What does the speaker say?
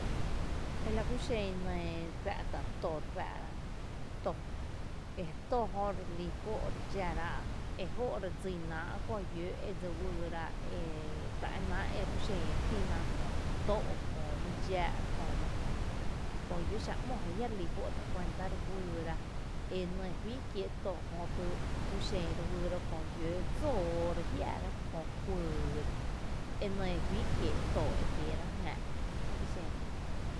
E la ku xen nɇɇ fⱥ’tá’ to re fⱥⱥ´’ra, to e to jö re lí fó’ re dxárá’ e jó’ re dsínáá’ köö lló’ wyyráá’ e ta énáá’ e la ku xen re tína köö tó’ köö my dxáá’, kö my kö lló’ xáá’ ‘mó je jia’ re lí fó’ ta kuanta re wyyra e nɇ fí kiee’ to, jötu la ku xen re wyyra köö lló’ dsóoó, re jiáara köö kuyy, e nɇ fí kiéé’ to e kieerá’ jnⱥ’ i xen lⱥ.